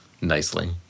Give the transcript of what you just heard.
nicely